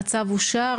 הצבעה התיקון אושר